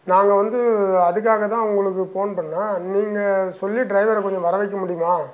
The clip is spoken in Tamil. நாங்கள் வந்து அதுக்காகதான் உங்களுக்கு ஃபோன் பண்ணிணோம் நீங்கள் சொல்லி டிரைவரை கொஞ்சம் வர வைக்க முடியுமா